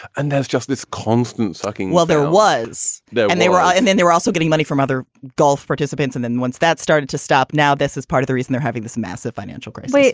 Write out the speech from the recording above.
and there's just this constant sucking well, there was no when they were ah and then they were also getting money from other gulf participants. and then once that started to stop. now, this is part of the reason they're having this massive financial crisis. yeah